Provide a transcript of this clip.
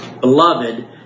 beloved